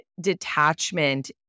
detachment